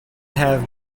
have